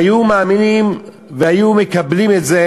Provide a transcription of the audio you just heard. היו מאמינים והיו מקבלים את זה.